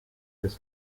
this